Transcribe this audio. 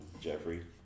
Jeffrey